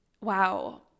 wow